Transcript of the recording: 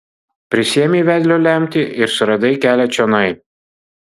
prisiėmei vedlio lemtį ir suradai kelią čionai